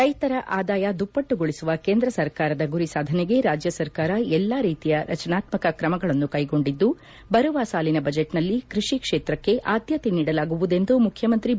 ರೈತರ ಆದಾಯ ದುಪ್ಪಟ್ಟುಗೊಳಿಸುವ ಕೇಂದ್ರ ಸರ್ಕಾರದ ಗುರಿ ಸಾಧನೆಗೆ ರಾಜ್ಯ ಸರ್ಕಾರ ಎಲ್ಲಾ ರೀತಿಯ ರಚನಾತ್ಮಕ ಕ್ರಮಗಳನ್ನು ಕೈಗೊಂಡಿದ್ದು ಬರುವ ಸಾಲಿನ ಬಜೆಟ್ನಲ್ಲಿ ಕೃಷಿ ಕ್ಷೇತ್ರಕ್ಕೆ ಆದ್ಯತೆ ನೀಡಲಾಗುವುದೆಂದು ಮುಖ್ಯಮಂತ್ರಿ ಬಿ